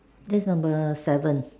that's number seven